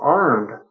armed